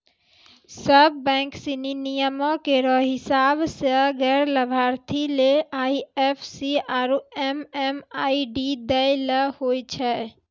सब बैंक सिनी नियमो केरो हिसाब सें गैर लाभार्थी ले आई एफ सी आरु एम.एम.आई.डी दै ल होय छै